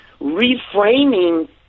reframing